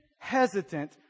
hesitant